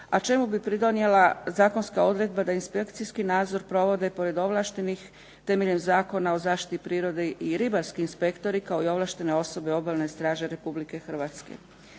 a čemu bi pridonijela zakonska odredba da inspekcijski nadzor provode pored ovlaštenih temeljem Zakona o zaštiti prirode i ribarski inspektori kao i ovlaštene osobe Obalne straže Republike Hrvatske.